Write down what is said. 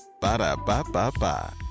Ba-da-ba-ba-ba